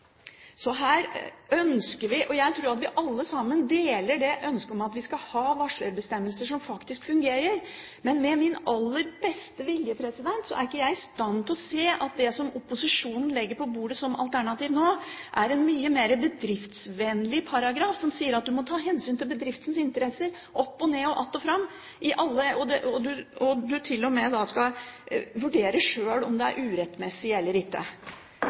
Jeg tror at vi alle sammen deler ønsket om at vi skal ha varslerbestemmelser som faktisk fungerer. Men med min aller beste vilje er jeg ikke i stand til å se noe bedre i det som opposisjonen legger på bordet som alternativ nå, en mye mer bedriftsvennlig paragraf, som sier at du må ta hensyn til bedriftens interesser opp og ned og att og fram, og at du til og med sjøl skal vurdere om det er «urettmessig» eller ikke.